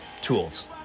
tools